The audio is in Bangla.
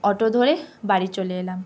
অটো ধরে বাড়ি চলে এলাম